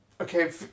okay